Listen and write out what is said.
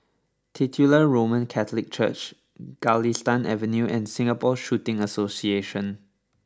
Titular Roman Catholic Church Galistan Avenue and Singapore Shooting Association